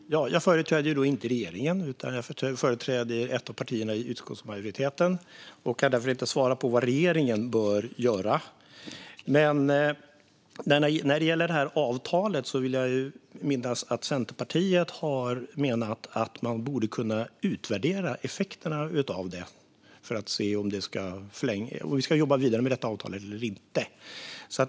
Fru talman! Jag företräder inte regeringen, utan jag företräder ett av partierna i utskottsmajoriteten och kan därför inte svara på vad regeringen bör göra. Men när det gäller avtalet vill jag minnas att Centerpartiet har menat att man borde kunna utvärdera effekterna av det för att se om vi ska jobba vidare med avtalet eller inte.